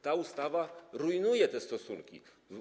Ta ustawa rujnuje te stosunki.